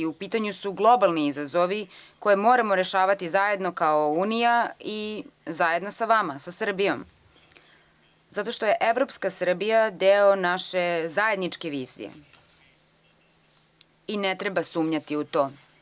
U pitanju su globalni izazovi koje moramo rešavati zajedno kao Unija i zajedno sa vama, sa Srbijom zato što je evropska Srbija deo naše zajedničke misije i ne treba sumnjati u to.